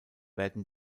werden